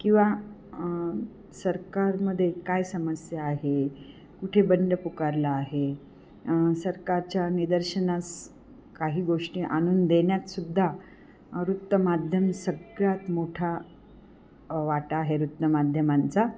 किंवा सरकारमध्ये काय समस्या आहे कुठे बंड पुकारला आहे सरकारच्या निदर्शनास काही गोष्टी आणून देण्यातसुद्धा वृत्तमाध्यम सगळ्यात मोठा वाटा आहे वृत्तमाध्यमांचा